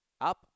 Up